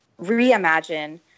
reimagine